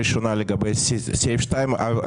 שאלה ראשונה לגבי סעיף (2).